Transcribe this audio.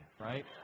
right